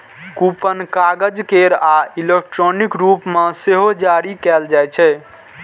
coupon कागज केर आ इलेक्ट्रॉनिक रूप मे सेहो जारी कैल जाइ छै